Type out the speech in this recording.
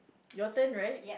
your turn right